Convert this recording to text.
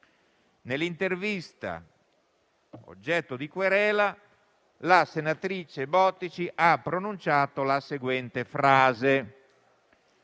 Nell'intervista oggetto di querela la senatrice Bottici ha pronunciato la seguente frase: